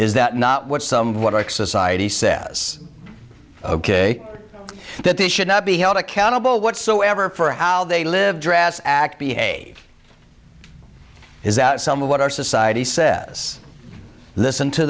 is that not what some what our society says ok that this should not be held accountable whatsoever for how they live dress act behave his out some of what our society says listen to